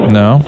no